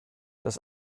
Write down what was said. das